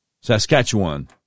Saskatchewan